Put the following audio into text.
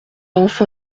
enfin